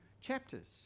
chapters